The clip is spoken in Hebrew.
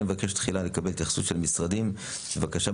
אני מבקש תחילה לקבל התייחסות של משרדים, בבקשה.